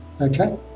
Okay